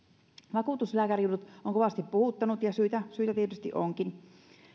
vakuutuslääkärijutut ovat kovasti puhuttaneet ja syytä syytä tietysti onkin